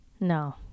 No